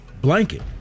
blanket